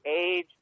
age